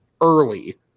early